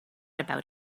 about